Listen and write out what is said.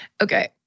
Okay